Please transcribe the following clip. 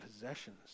possessions